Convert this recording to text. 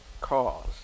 Cause